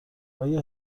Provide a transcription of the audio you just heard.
آیا